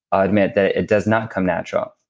i'll admit that it does not come natural.